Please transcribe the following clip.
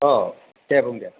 औ दे बुं दे